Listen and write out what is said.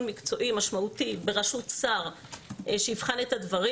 מקצועי משמעותי בראשות שר שיבחן את הדברים.